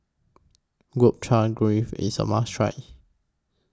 Gobchang Gui IS A must Try